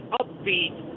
upbeat